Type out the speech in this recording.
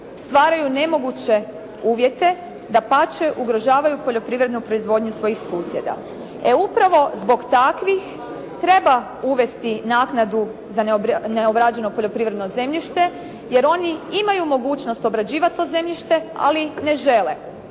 stvaraju nemoguće uvjete, dapače, ugrožavaju poljoprivrednu proizvodnju svojih susjeda. E upravo zbog takvih treba uvesti naknadu za neobrađeno poljoprivredno zemljište jer oni imaju mogućnost obrađivati to zemljište, ali ne žele.